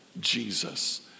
Jesus